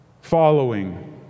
following